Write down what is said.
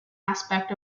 aspect